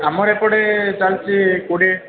ଆମର ଏପଟେ ଚାଲଛି କୋଡ଼ିଏ